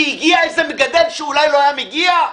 כי הגיע איזה מגדל שאולי לא היה מגיע?